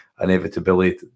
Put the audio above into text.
inevitability